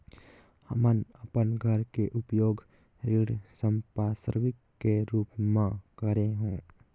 हमन अपन घर के उपयोग ऋण संपार्श्विक के रूप म करे हों